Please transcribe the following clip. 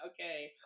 Okay